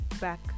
back